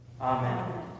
Amen